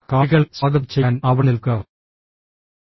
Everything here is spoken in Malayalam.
കാണികളെ സ്വാഗതം ചെയ്യാൻ അവിടെ നിൽക്കുക